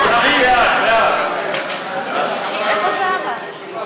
התשע"ה 2015,